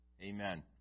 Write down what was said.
Amen